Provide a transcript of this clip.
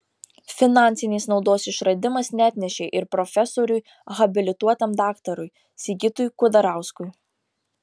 finansinės naudos išradimas neatnešė ir profesoriui habilituotam daktarui sigitui kudarauskui